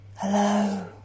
Hello